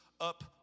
up